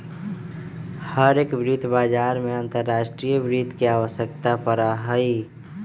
हर एक वित्त बाजार में अंतर्राष्ट्रीय वित्त के आवश्यकता पड़ा हई